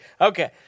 Okay